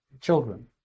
children